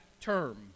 term